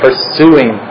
Pursuing